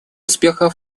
успеха